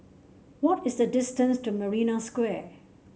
what is the distance to Marina Square